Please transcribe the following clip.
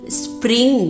spring